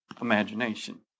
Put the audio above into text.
imagination